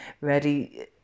ready